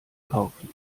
kaufen